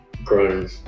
grown